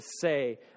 say